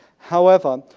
however,